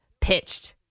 pitched